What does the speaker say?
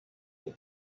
will